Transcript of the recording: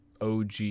OG